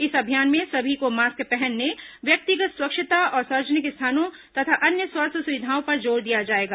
इस अभियान में सभी को मास्क पहनने व्यक्तिगत स्वच्छता और सार्वजनिक स्थानों तथा अन्य स्वास्थ्य सुविधाओं पर जोर दिया जाएगा